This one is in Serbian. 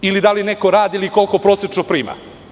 I da li neko radi, i koliko prosečno prima?